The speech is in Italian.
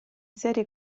serie